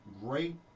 great